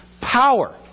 power